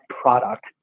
product